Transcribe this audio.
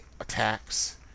Attacks